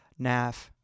NAF